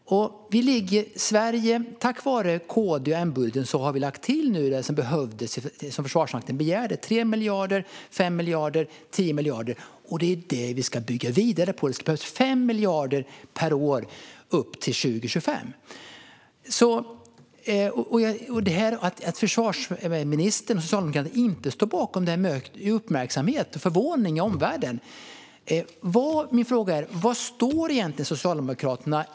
Tack vare KD-M-budgeten har vi nu lagt till det som behövdes och som Försvarsmakten begärde: 3 miljarder, 5 miljarder, 10 miljarder. Det är det vi ska bygga vidare på. Det behövs 5 miljarder per år fram till 2025. Att försvarsministern och Socialdemokraterna inte står bakom det skapar uppmärksamhet och förvåning i omvärlden. Min fråga är: Var står egentligen Socialdemokraterna?